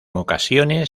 ocasiones